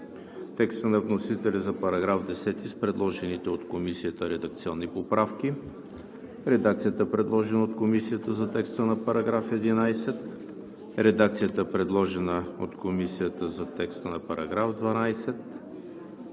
текста на вносителя за § 10 с предложените от Комисията редакционни поправки; редакцията, предложена от Комисията за текста на § 11; редакцията, предложена от Комисията за текста на § 12;